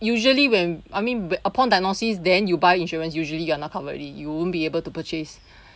usually when I mean upon diagnosis then you buy insurance usually you are not covered already you won't be able to purchase